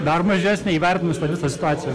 dar mažesnę įvertinus visą situaciją